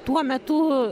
tuo metu